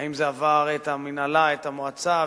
האם זה עבר את המינהלה, את המועצה,